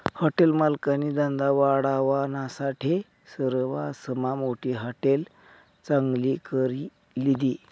hotel मालकनी धंदा वाढावानासाठे सरवासमा मोठी हाटेल चांगली करी लिधी